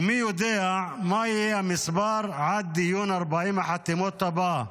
ומי יודע מה יהיה המספר עד דיון 40 החתימות הבא,